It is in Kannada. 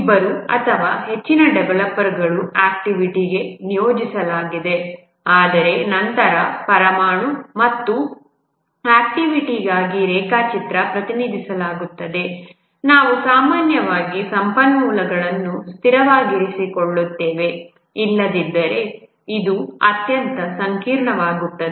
ಒಬ್ಬರು ಅಥವಾ ಹೆಚ್ಚಿನ ಡೆವಲಪರ್ಗಳು ಆಕ್ಟಿವಿಟಿಗೆ ನಿಯೋಜಿಸಲಾಗಿದೆ ಆದರೆ ನಂತರ ಪರಮಾಣು ಮಟ್ಟದ ಆಕ್ಟಿವಿಟಿಗಾಗಿ ರೇಖಾಚಿತ್ರ ಪ್ರತಿನಿಧಿಸಲಾಗುತ್ತದೆ ನಾವು ಸಾಮಾನ್ಯವಾಗಿ ಸಂಪನ್ಮೂಲಗಳನ್ನು ಸ್ಥಿರವಾಗಿರಿಸಿಕೊಳ್ಳುತ್ತೇವೆ ಇಲ್ಲದಿದ್ದರೆ ಅದು ಅತ್ಯಂತ ಸಂಕೀರ್ಣವಾಗುತ್ತದೆ